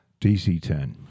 DC-10